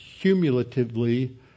cumulatively